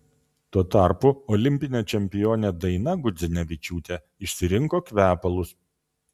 tuo tarpu olimpinė čempionė daina gudzinevičiūtė išsirinko kvepalus